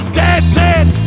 dancing